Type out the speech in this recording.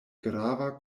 grava